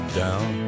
down